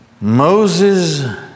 Moses